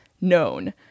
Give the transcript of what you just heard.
known